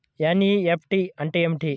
NEFT అంటే ఏమిటి?